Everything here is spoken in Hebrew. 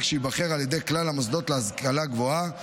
שייבחר על ידי כלל המוסדות להשכלה גבוהה,